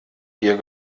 bier